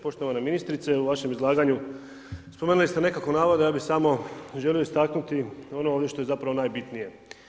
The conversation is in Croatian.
Poštovana ministrice, u vašem izlaganju spomenuli ste nekakav navod, ja bih samo želio istaknuti ono ovdje što je zapravo najbitnije.